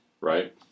right